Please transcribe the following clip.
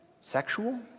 sexual